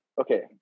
okay